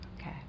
Okay